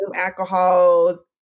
alcohols